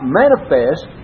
manifest